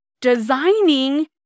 designing